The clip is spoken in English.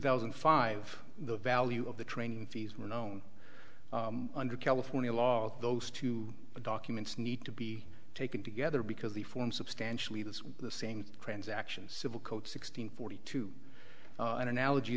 thousand and five the value of the training fees were known under california law those two documents need to be taken together because the form substantially was the same transaction civil code sixteen forty two an analogy